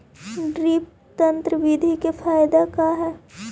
Drip तन्त्र बिधि के फायदा का है?